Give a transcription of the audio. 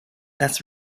thus